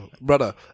brother